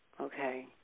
okay